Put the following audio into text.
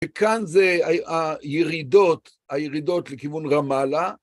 וכאן זה הי.. הירידות, הירידות לכיוון רמאללה.